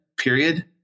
period